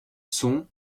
sont